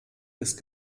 ist